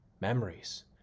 memories